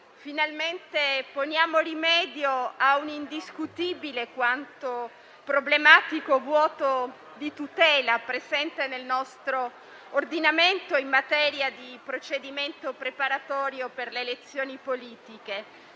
finalmente rimedio a un indiscutibile quanto problematico vuoto di tutela presente nel nostro ordinamento in materia di procedimento preparatorio per le elezioni politiche,